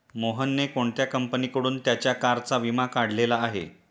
मोहनने कोणत्या कंपनीकडून त्याच्या कारचा विमा काढलेला आहे?